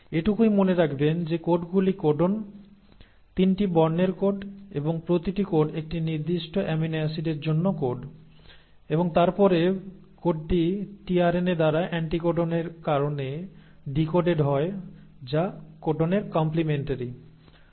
এটুকুই মনে রাখবেন যে কোডগুলি কোডন 3 টি বর্ণের কোড এবং প্রতিটি কোড একটি নির্দিষ্ট অ্যামিনো অ্যাসিডের জন্য কোড এবং তারপরে কোডটি টিআরএনএ দ্বারা অ্যান্টিকোডনের কারণে ডিকোডেড হয় যা কোডনের কম্প্লেমেন্টারি